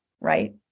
right